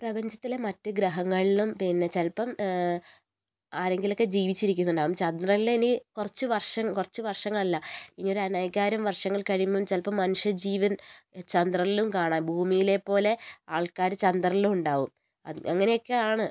പ്രപഞ്ചത്തിലെ മറ്റ് ഗ്രഹങ്ങളിലും പിന്നെ ചിലപ്പം ആരെങ്കിലുമൊക്കെ ജീവിച്ചിരിക്കുന്നുണ്ടാകും ചന്ദ്രനിലിനി കുറച്ച് വർഷങ്ങൾ കുറച്ചു വർഷങ്ങൾ അല്ല ഇനിയൊരു അനേകായിരം വർഷങ്ങൾ കഴിയുമ്പോൾ ചിലപ്പോൾ മനുഷ്യജീവൻ ചന്ദ്രനിലും കാണാം ഭൂമിയിലെ പോലെ ആൾക്കാർ ചന്ദ്രനിലും ഉണ്ടാകും അത് അങ്ങനെയൊക്കെയാണ്